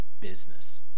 business